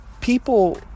people